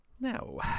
now